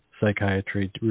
psychiatry